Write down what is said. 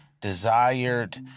desired